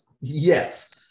Yes